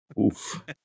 Oof